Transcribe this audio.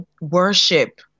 worship